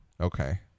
Okay